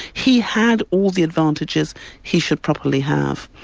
he had all the advantages he should properly have.